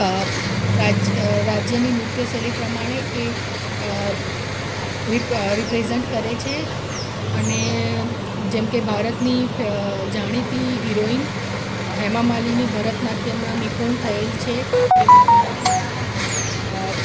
રાજ રાજ્યની નૃત્ય શૈલી પ્રમાણે એ રીપ્રેઝન્ટ કરે છે અને જેમ કે ભારતની જાણીતી હિરોઈન હેમામાલીની ભરતનાટ્યમમાં નિપૂણ થયેલ છે એવા ઘણાબધા